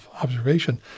observation